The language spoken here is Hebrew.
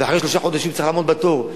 ואחרי שלושה חודשים צריך לעמוד בתור.